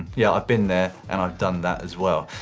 yeah, i've been there, and i've done that as well.